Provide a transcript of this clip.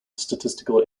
statistical